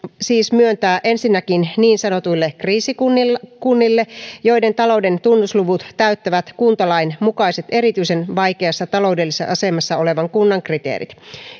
siis myöntää ensinnäkin niin sanotuille kriisikunnille joiden talouden tunnusluvut täyttävät kuntalain mukaiset erityisen vaikeassa taloudellisessa asemassa olevan kunnan kriteerit